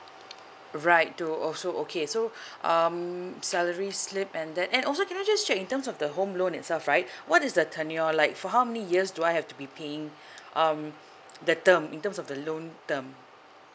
right to also okay so um salary slip and then and also can I just check in terms of the home loan itself right what is the tenure like for how many years do I have to be paying um the term in terms of the loan term